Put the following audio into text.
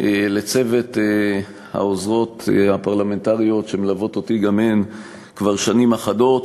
לצוות העוזרות הפרלמנטריות שמלוות אותי גם הן כבר שנים אחדות.